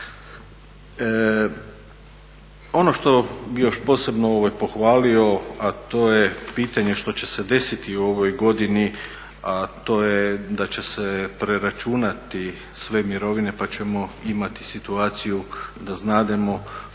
Ono što bih još posebno pohvalio, a to je pitanje što će se desiti u ovoj godini, a to je da će se preračunati sve mirovine pa ćemo imati situaciju da znademo što